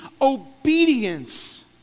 obedience